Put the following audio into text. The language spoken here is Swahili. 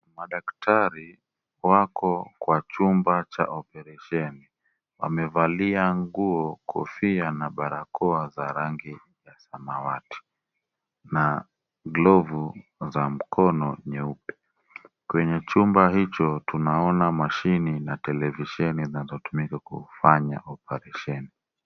Madaktari wako kwa chumba cha oparesheni . Wamevalia nguo, kofia na barakoa za rangi ya samawati na glovu za mkono nyeupe. Kwenye chumba hicho tunaona mashini na televisheni zinazotumika kufanya oparesheni .